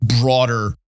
broader